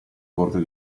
corte